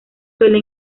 suele